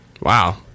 Wow